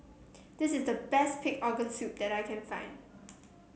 this is the best Pig Organ Soup that I can find